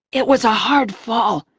it was a hard fall,